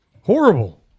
Horrible